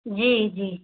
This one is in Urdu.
جی جی